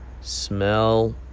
smell